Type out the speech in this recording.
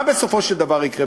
מה בסופו של דבר יקרה,